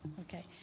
Okay